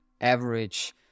average